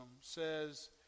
says